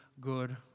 good